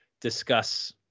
discuss